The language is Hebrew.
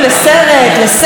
לספר,